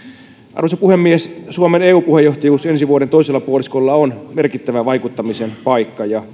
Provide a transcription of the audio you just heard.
arvoisa puhemies suomen eu puheenjohtajuus ensi vuoden toisella puoliskolla on merkittävä vaikuttamisen paikka ja